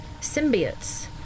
Symbiotes